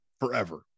forever